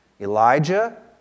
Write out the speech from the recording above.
Elijah